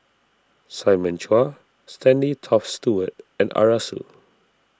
Simon Chua Stanley Toft Stewart and Arasu